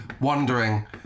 wondering